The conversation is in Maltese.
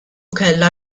kellha